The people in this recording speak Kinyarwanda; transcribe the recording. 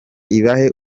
ibahe